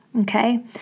Okay